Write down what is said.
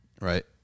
Right